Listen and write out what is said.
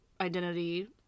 identity